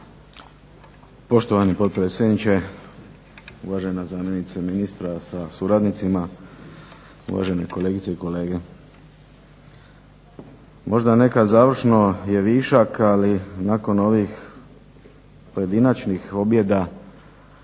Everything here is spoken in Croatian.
Poštovani potpredsjedniče, uvažena zamjenice ministra sa suradnicima, uvaženi kolegice i kolege. Možda neka završno je višak, ali nakon ovih pojedinačnih objeda